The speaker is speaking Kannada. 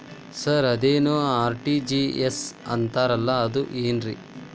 ಸರ್ ಅದೇನು ಆರ್.ಟಿ.ಜಿ.ಎಸ್ ಅಂತಾರಲಾ ಅದು ಏನ್ರಿ?